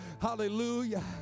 Hallelujah